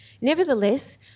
Nevertheless